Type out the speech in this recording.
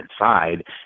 inside